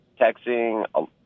texting